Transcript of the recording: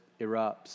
erupts